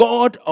God